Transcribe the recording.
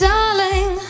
Darling